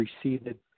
preceded